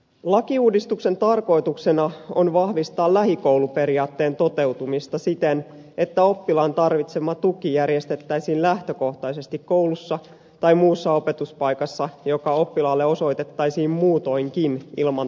lakiuudistuksen tarkoituksena on vahvistaa lähikouluperiaatteen toteutumista siten että oppilaan tarvitsema tuki järjestettäisiin lähtökohtaisesti koulussa tai muussa opetuspaikassa joka oppilaalle osoitettaisiin muutoinkin ilman tuen tarvetta